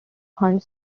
hunt